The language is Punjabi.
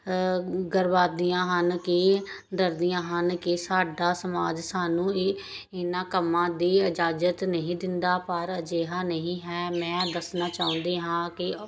ਗਰਵਾਦੀਆਂ ਹਨ ਕਿ ਡਰਦੀਆਂ ਹਨ ਕਿ ਸਾਡਾ ਸਮਾਜ ਸਾਨੂੰ ਇਹ ਇਹਨਾਂ ਕੰਮਾਂ ਦੀ ਇਜਾਜ਼ਤ ਨਹੀਂ ਦਿੰਦਾ ਪਰ ਅਜਿਹਾ ਨਹੀਂ ਹੈ ਮੈਂ ਦੱਸਣਾ ਚਾਹੁੰਦੀ ਹਾਂ ਕਿ